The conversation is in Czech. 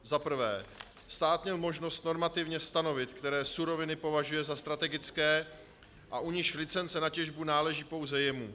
1. stát měl možnost normativně stanovit, které suroviny považuje za strategické a u nichž licence na těžbu náleží pouze jemu.